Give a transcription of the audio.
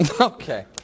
Okay